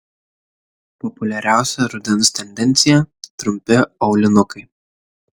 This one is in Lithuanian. populiariausia rudens tendencija trumpi aulinukai